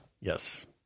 Yes